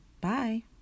Bye